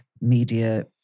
media